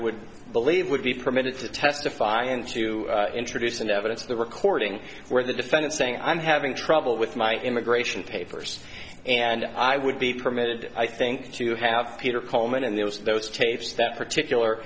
would believe would be permitted to testify and to introduce in evidence the recording where the defendant saying i'm having trouble with my immigration papers and i would be permitted i think to have peter kohlmann in those those tapes that particular